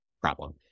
problem